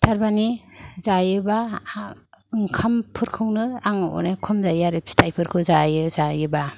थारमाने जायोबा ओंखामफोरखौनो आङो अनेख खम जायो आरो फिथायफोरखौ जायो जायोबा